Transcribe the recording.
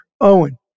Owen